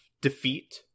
defeat